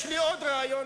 תמיד היה לי רוב,